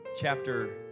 chapter